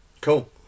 Cool